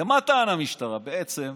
ומה טענה המשטרה בעצם?